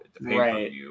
Right